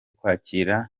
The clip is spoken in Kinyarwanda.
kwakira